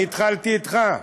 אני התחלתי אתך.